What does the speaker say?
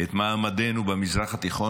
את מעמדנו במזרח התיכון,